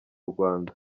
rwanda